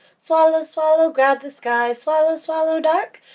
swallow, swallow, grab the sky. swallow, swallow, dark.